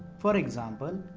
for example,